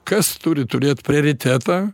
kas turi turėt prioritetą